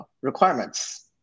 requirements